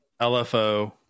LFO